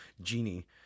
genie